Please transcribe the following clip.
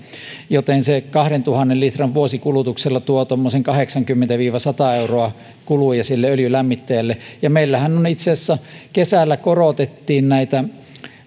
joten se kahdentuhannen litran vuosikulutuksella tuo tuommoisen kahdeksankymmentä viiva sata euroa kuluja öljylämmittäjälle meillähän itse asiassa kesällä korotettiin